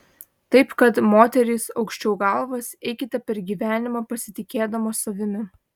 taip kad moterys aukščiau galvas eikite per gyvenimą pasitikėdamos savimi